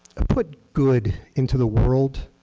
put good into the world.